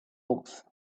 books